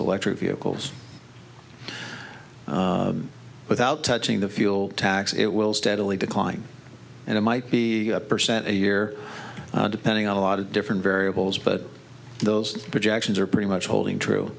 electric vehicles without touching the fuel tax it will steadily declining and it might be a percent a year depending on a lot of different variables but those projections are pretty much holding true